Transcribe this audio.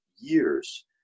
years